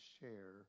share